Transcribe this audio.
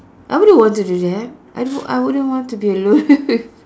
I wouldn't want to do that I would I wouldn't want to be alone